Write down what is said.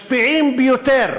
המשפיעים ביותר